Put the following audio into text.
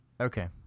okay